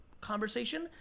conversation